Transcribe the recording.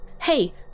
Hey